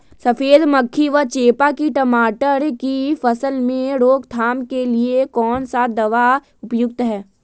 सफेद मक्खी व चेपा की टमाटर की फसल में रोकथाम के लिए कौन सा दवा उपयुक्त है?